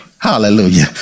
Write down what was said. Hallelujah